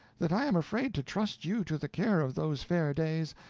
that i am afraid to trust you to the care of those fair days,